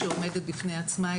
שעומדת בפני עצמה,